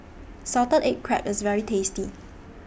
Salted Egg Crab IS very tasty